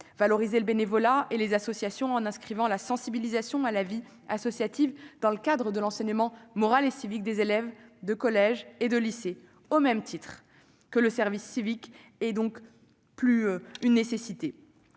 Valoriser le bénévolat et les associations en inscrivant la sensibilisation à la vie associative dans le cadre de l'enseignement moral et civique des élèves de collège et lycée, au même titre que le service civique, est donc plus qu'une nécessité.